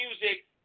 music